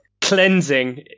cleansing